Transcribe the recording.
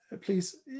Please